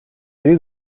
سری